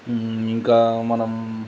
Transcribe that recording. ఇంకా మనం